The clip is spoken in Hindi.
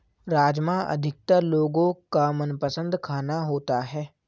राजमा अधिकतर लोगो का मनपसंद खाना होता है